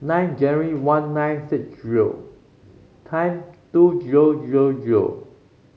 nine January one nine six zero ten to zero zero zero